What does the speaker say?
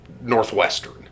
Northwestern